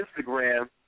Instagram